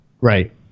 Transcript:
Right